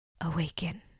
Awaken